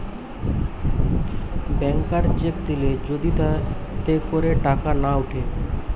ব্যাংকার cheque দিলে যদি তাতে করে টাকা না উঠে